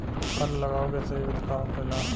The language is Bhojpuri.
फल लगावे के सही विधि का होखेला?